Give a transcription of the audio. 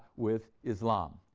with islam,